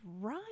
right